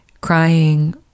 crying